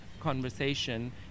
conversation